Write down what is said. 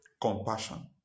compassion